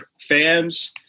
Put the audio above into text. fans